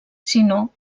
sinó